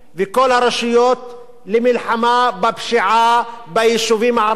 הרשויות למלחמה בפשיעה ביישובים הערביים.